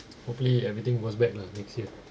hopefully everything goes back lah next year